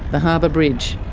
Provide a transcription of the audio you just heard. the harbour bridge.